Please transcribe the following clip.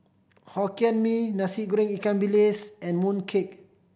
Hokkien Mee Nasi Goreng ikan bilis and mooncake